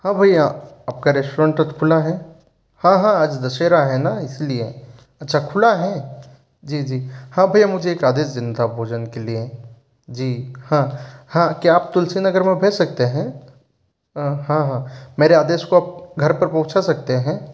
हाँ भैया आपका रेस्टोरेंट आज खुला है हाँ हाँ आज दशहरा है न इसलिए अच्छा खुला है जी जी हाँ भैया मुझे एक आदेश देना था भोजन के लिए जी हाँ हाँ क्या आप तुलसी नगर में भेज सकते हैं हाँ हाँ मेरे आदेश को आप घर पर पहुँचा सकते हैं